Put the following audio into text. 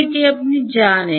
এটি আপনি জানেন